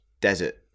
desert